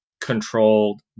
controlled